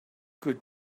could